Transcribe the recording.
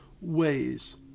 ways